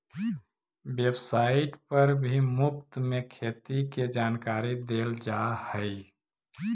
website पर भी मुफ्त में खेती के जानकारी देल जा हई